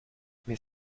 mais